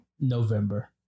November